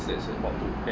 that's about to care